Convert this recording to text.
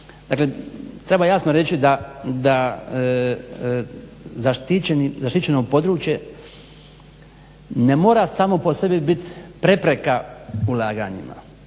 dakle treba jasno reći da zaštićeno područje ne mora samo po sebi biti prepreka ulaganjima.